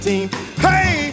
Hey